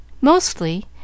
Mostly